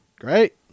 great